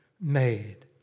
made